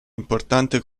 importante